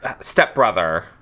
stepbrother